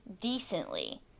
decently